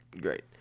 great